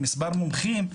במספר מומחים,